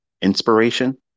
inspiration